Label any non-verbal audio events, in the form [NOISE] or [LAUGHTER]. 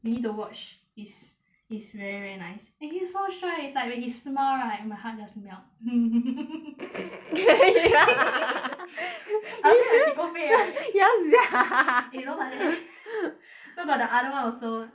you need to watch is is very very nice eh so 帅 is like when he smile right my heart just melt [LAUGHS] I feel like chikopek right ya sia eh don't like that eh no got the other [one] also